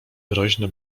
groźne